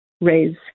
raise